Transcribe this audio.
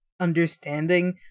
understanding